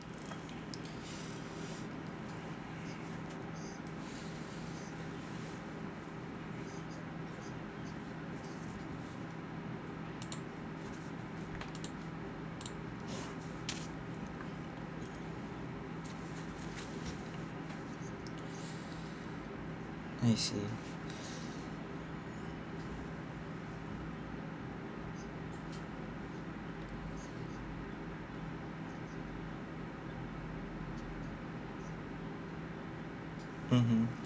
I see mmhmm